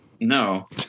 No